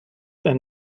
than